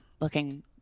looking